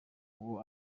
uwo